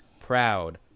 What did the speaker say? proud